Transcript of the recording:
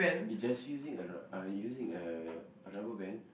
it just using a r~ uh using a a rubber band